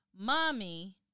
mommy